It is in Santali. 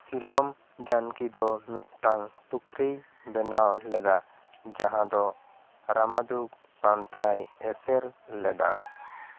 ᱥᱤᱞᱚᱢ ᱡᱟᱹᱱᱠᱤ ᱫᱚ ᱢᱤᱫᱴᱟ ᱝ ᱯᱩᱠᱷᱨᱤᱭ ᱵᱮᱱᱟᱣ ᱞᱮᱫᱟ ᱡᱟᱦᱟᱸ ᱫᱚ ᱨᱟᱢᱟᱫᱩᱜ ᱯᱟᱱᱛᱷᱟᱭ ᱮᱥᱮᱨ ᱞᱮᱫᱟ